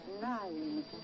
Nine